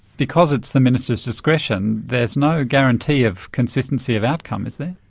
because it's the minister's discretion, there is no guarantee of consistency of outcome, is there?